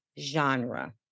genre